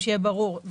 שיהיה ברור,